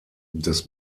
des